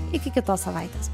iki kitos savaitės